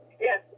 Yes